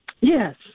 Yes